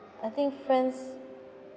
I think friends